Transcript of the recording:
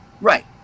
Right